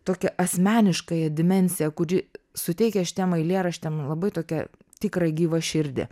tokią asmeniškąją dimensiją kuri suteikia šitiem eilėraščiam labai tokią tikrą gyvą širdį